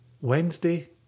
Wednesday